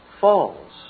falls